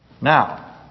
Now